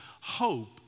hope